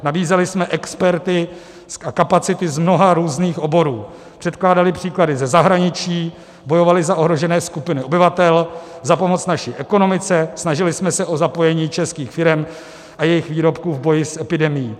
Nabízeli jsme experty a kapacity z mnoha různých oborů, předkládali příklady ze zahraničí, bojovali za ohrožené skupiny obyvatel, za pomoc naší ekonomice, snažili jsme se o zapojení českých firem a jejich výrobků v boji s epidemií.